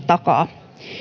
takaa